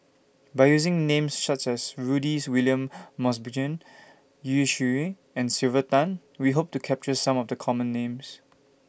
By using Names such as Rudys William Mosbergen Yu and Sylvia Tan We Hope to capture Some of The Common Names